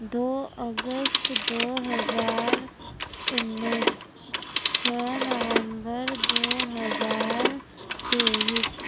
دو اگست دو ہزار انیس چھ نومبر دو ہزار تیئیس